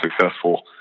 successful